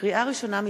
לקריאה ראשונה,